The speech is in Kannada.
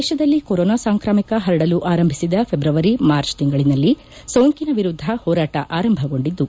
ದೇಶದಲ್ಲಿ ಕೊರೊನಾ ಸಾಂಕ್ರಾಮಿಕ ಪರಡಲು ಆರಂಭಿಸಿದ ಫೆಬ್ರವರಿ ಮಾರ್ಚ್ ತಿಂಗಳಿನಲ್ಲಿ ಸೋಂಕಿನ ವಿರುದ್ದ ಹೋರಾಟ ಆರಂಭಗೊಂಡಿದ್ದು